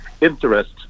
interest